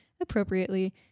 appropriately